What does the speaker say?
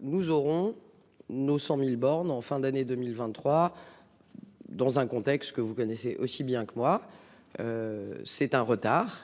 Nous aurons-nous 100.000 bornes en fin d'année 2023. Dans un contexte que vous connaissez aussi bien que moi. C'est un retard